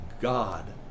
God